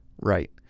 Right